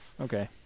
Okay